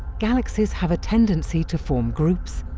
galaxies have a tendency to form groups,